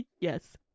yes